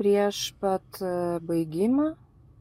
prieš pat baigimą